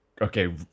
okay